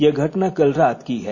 यह घटना कल रात की है